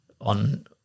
on